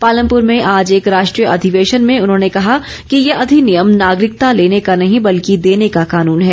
पालमपुर में आज एक राष्ट्रीय अधिवेशन में उन्होंने कहा कि ये अधिनियम नागरिकता लेने का नहीं बल्कि देने का कॉनून है